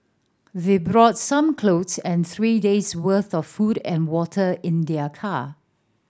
they brought some clothes and three days' worth of food and water in their car